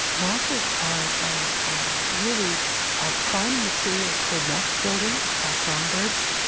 mosses are are um really ah prime materials for nest building by songbirds.